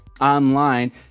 online